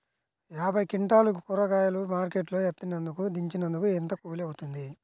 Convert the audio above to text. యాభై క్వింటాలు కూరగాయలు మార్కెట్ లో ఎత్తినందుకు, దించినందుకు ఏంత కూలి అవుతుంది?